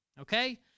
okay